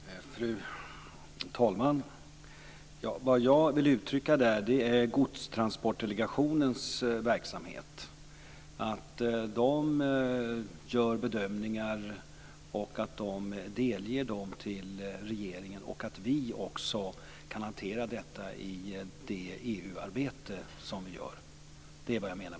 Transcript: Fru talman! Vad jag vill uttrycka är Godstransportdelegationens verksamhet, att man gör bedömningar, att man delger regeringen dem och att vi också kan hantera detta i det EU-arbete som vi gör. Det är vad jag menar.